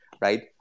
right